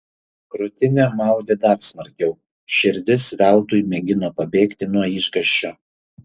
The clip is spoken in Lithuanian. krūtinę maudė dar smarkiau širdis veltui mėgino pabėgti nuo išgąsčio